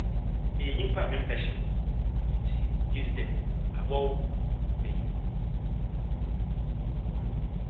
Meyɛ nyimpa a memmpɛ hyew ntsi megye dzi dɛ awɔw beye.